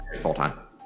full-time